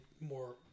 more